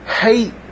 hate